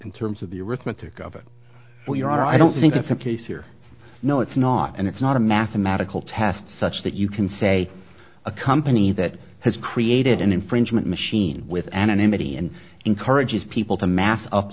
in terms of the arithmetic of it well your honor i don't think that's in place here no it's not and it's not a mathematical test such that you can say a company that has created an infringement machine with anonymity and encourages people to mass